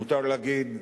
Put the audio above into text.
מותר להגיד,